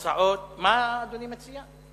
הצעות, מה אדוני מציע?